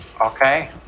Okay